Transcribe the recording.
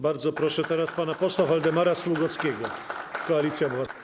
Bardzo proszę teraz pana posła Waldemara Sługockiego, Koalicja Obywatelska.